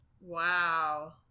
Wow